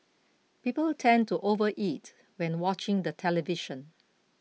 people tend to overeat when watching the television